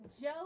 Joe